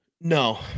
No